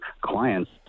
clients